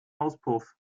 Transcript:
auspuff